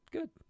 Good